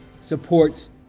supports